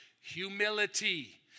Humility